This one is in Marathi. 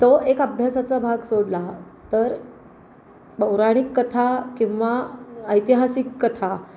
तो एक अभ्यासाचा भाग सोडला तर पौराणिक कथा किंवा ऐतिहासिक कथा